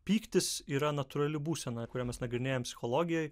pyktis yra natūrali būsena kurią mes nagrinėjam psichologijoj